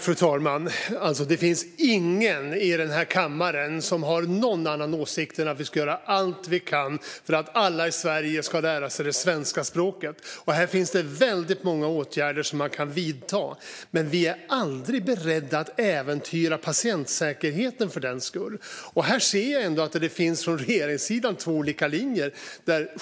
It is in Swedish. Fru talman! Det finns ingen i den här kammaren som har någon annan åsikt än att vi ska göra allt vi kan för att alla i Sverige ska lära sig det svenska språket. Här finns det väldigt många åtgärder som man kan vidta, men vi är aldrig beredda att för den skull äventyra patientsäkerheten. Här ser jag ändå att det från regeringssidan finns två olika linjer.